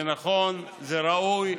זה נכון, זה ראוי,